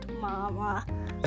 mama